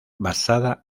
basada